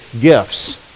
gifts